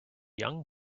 young